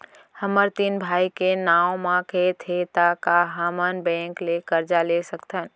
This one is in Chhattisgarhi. हमर तीन भाई के नाव म खेत हे त का हमन बैंक ले करजा ले सकथन?